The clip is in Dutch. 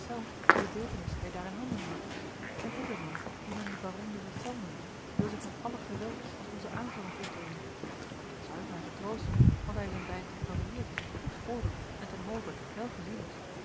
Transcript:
wier beeltenis gij daar in handen houdt een edelman dien men den baron de ghiselles noemt wil zich met alle geweld als onzen aanverwant opdringen dat zou ik mij getroosten want hij is in t eind een cavalier die zich goed voordoet en ten hove wel gezien is